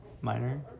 minor